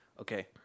Okay